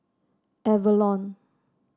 Avalon